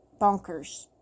bonkers